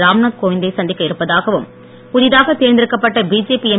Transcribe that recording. ராம்நாத் கோவிந்த்தை சந்திக்க இருப்பதாகவும் புதிதாக தேர்ந்தெடுக்கப்பட்ட பிஜேபி எம்